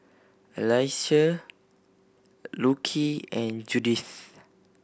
Alysia Lockie and Judith